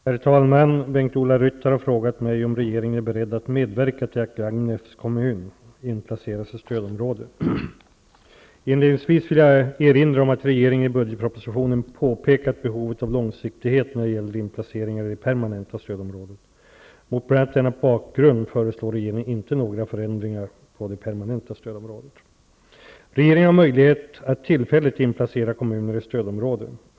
Herr talman! Bengt-Ola Ryttar har frågat mig om regeringen är beredd att medverka till att Gagnefs kommun inplaceras i stödområde. Inledningsvis vill jag erinra om att regeringen i budgetpropositionen påpekat behovet av långsiktighet när det gäller inplaceringar i det ”permanenta” stödområdet. Mot bl.a. denna bakgrund föreslår regeringen inte några förändringar av detta stödområde. Regeringen har möjlighet att tillfälligt inplacera kommuner i stödområde.